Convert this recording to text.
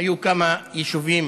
היו כמה יישובים